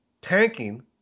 tanking